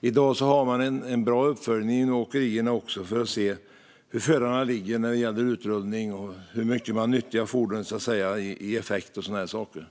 I dag finns en bra uppföljning inom åkerierna för att se hur förarna ligger när det gäller utrullning och hur mycket fordonen nyttjas när det gäller effekt och sådana saker.